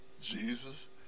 Jesus